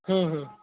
हं हं